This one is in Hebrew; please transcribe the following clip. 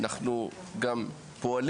זה דבר שהוא לא נכון